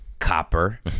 Copper